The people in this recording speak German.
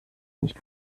nicht